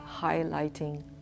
highlighting